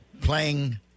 playing